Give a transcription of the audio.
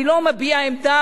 אני לא מביע עמדה,